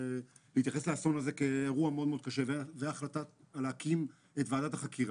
שהתייחסו לאסון הזה כאירוע מאוד-מאוד קשה וההחלטה להקים את ועדת החקירה,